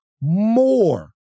more